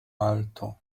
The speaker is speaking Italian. alto